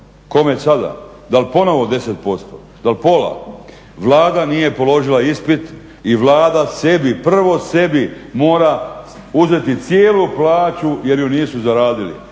Kome sada? Da li ponovo 10%? Da li pola? Vlada nije položila ispit i Vlada sebi, prvo sebi mora uzeti cijelu plaću jer ju nisu zaradili.